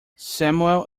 samuel